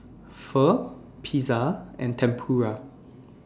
Pho Pizza and Tempura